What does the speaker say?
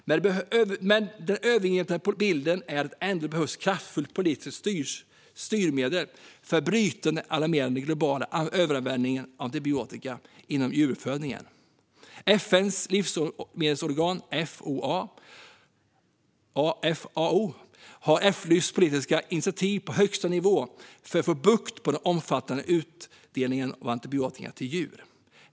Men den övergripande bilden är ändå att det behövs kraftfulla politiska styrmedel för att bryta den alarmerande globala överanvändningen av antibiotika inom djuruppfödningen. FN:s livsmedelsorgan FAO har efterlyst politiska initiativ på högsta nivå för att få bukt med den omfattande utdelningen av antibiotika till djur.